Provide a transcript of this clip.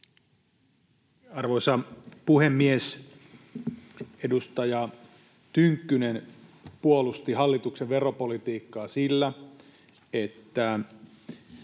Arvoisa puhemies! Edustaja Tynkkynen puolusti hallituksen veropolitiikkaa sillä, että